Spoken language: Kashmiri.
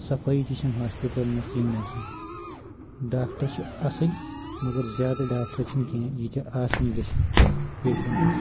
صفٲیی تہِ چھنہٕ ہاسپٹلن منٛز کہینۍ آسان ڈاکٹر چھِ اصل مگر زیادٕ ڈاکٹر چھنہٕ کینٛہہ ییٖتیٚاہ آسٕنۍ گژھَن پیشنٹس